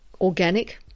organic